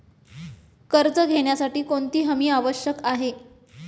कर्ज घेण्यासाठी कोणती हमी आवश्यक आहे?